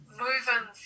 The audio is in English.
moving